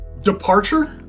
Departure